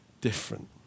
different